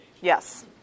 Yes